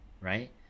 Right